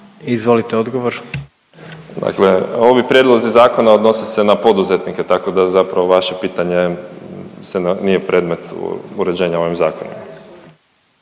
**Zoričić, Davor** Dakle, ovi prijedlozi zakona odnose se na poduzetnike, tako da zapravo vaše pitanje nije predmet uređenja ovim zakonom.